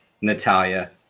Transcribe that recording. Natalia